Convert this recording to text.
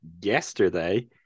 yesterday